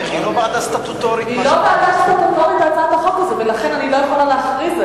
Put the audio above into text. התש"ע 2010, עברה בקריאה ראשונה,